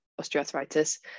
osteoarthritis